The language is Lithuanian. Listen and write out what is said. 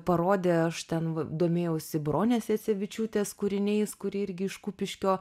parodė aš ten domėjausi bronės jacevičiūtės kūriniais kuri irgi iš kupiškio